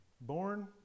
Born